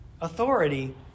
authority